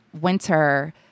winter